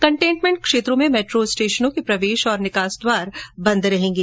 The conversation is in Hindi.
कन्टेन्मेन्ट क्षेत्रों में मैट्रो स्टेशनों के प्रवेश और निकास द्वार बंद रहेंगे